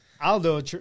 Aldo